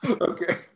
Okay